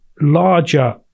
larger